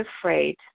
afraid